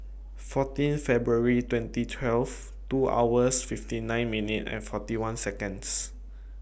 fourteen February twenty twelve two hours fifty nine minute and forty one Seconds